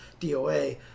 DOA